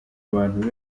abantu